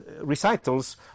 recitals